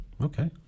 Okay